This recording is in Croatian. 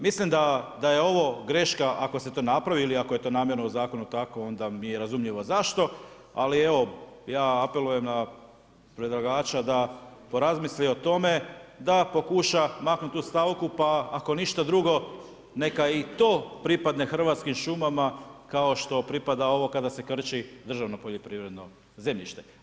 Mislim da je ovo greška ako se to napravi ili ako je to namjerno u zakonu tako onda mi je razumljivo zašto ali evo ja apelujem na predlagača da porazmisli o tome da pokuša maknut tu stavku pa ako ništa drugo neka i to pripadne Hrvatskim šumama kao što pripada ovo kada se krči državno poljoprivredno zemljište.